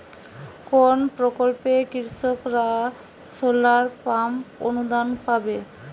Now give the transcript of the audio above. কোন প্রকল্পে কৃষকরা সোলার পাম্প অনুদান পাবে?